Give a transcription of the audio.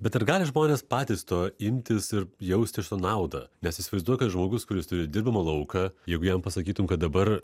bet ar gali žmonės patys to imtis ir jausti iš to naudą nes įsivaizduoju kad žmogus kuris turi dirbamą lauką jeigu jam pasakytum kad dabar